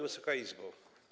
Wysoka Izbo!